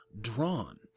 drawn